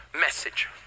message